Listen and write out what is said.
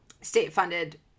state-funded